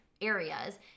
areas